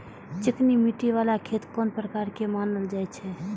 चिकनी मिट्टी बाला खेत कोन प्रकार के मानल जाय छै?